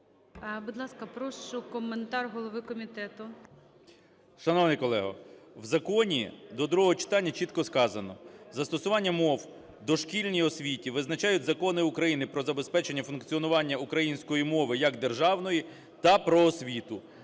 Будь ласка, прошу коментар голови комітету. 16:47:34 КНЯЖИЦЬКИЙ М.Л. Шановний колего, в законі до другого читання чітко сказано: "Застосування мов у дошкільній освіті визначають Закони України про забезпечення функціонування української мови як державної та "Про освіту".